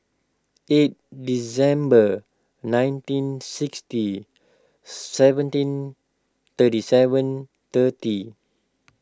eight December nineteen sixty seventeen thirty seven thirty